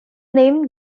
name